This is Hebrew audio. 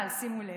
אבל, שימו לב,